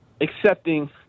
accepting